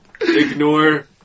Ignore